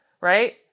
Right